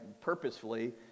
purposefully